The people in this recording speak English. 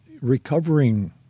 recovering